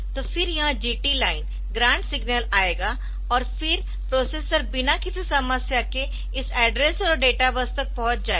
तो फिर यह GT लाइन ग्रांट सिग्नल आएगा और फिर प्रोसेसर बिना किसी समस्या के इस एड्रेस और डेटा बस तक पहुंच जाएगा